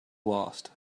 lost